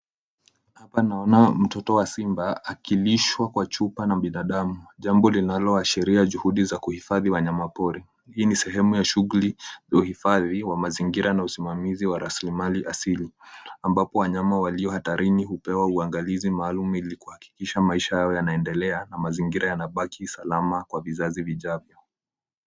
Hapa naona mtoto wa simba akilishwa kwa chupa na binadamu, jambo linaloashiria juhudi za kuhifadhi wanyama pori. Hii ni sehemu ya shughuli ya uhifadhi wa mazingira na usimamizi wa rasilimali asili ambapo wanyama walio hatarini hupewa uangalizi maalum ili kuhakikisha maisha yao yanaendelea na mazingira yanabaki salama kwa vizazi vijavyo.